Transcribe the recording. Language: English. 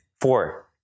four